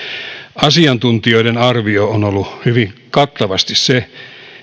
asiantuntijoiden arvio on ollut hyvin kattavasti se